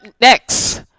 next